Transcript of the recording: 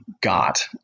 got